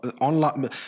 online